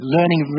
Learning